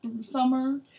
summer